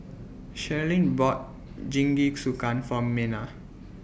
Sherilyn bought Jingisukan For Mena